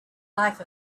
life